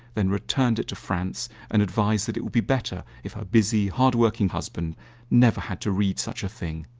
then returned it to franz and advised that it would be better if her busy, hard working husband never had to read such a thing.